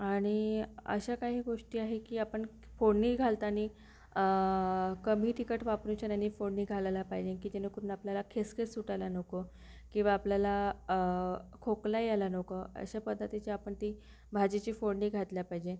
आणि अशा काही गोष्टी आहे की आपण फोडणी घालतानी कमी तिखट वापरूच्यान याने फोडणी घालायला पाहिजेन की जेणेकरून आपल्याला खेसखस उठायला नको किंवा आपल्याला खोकला यायला नको अशा पद्धतीच्या आपण ती भाजीची फोडणी घातल्या पाहिजे